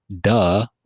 Duh